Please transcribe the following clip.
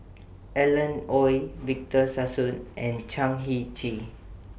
Alan Oei Victor Sassoon and Chan Heng Chee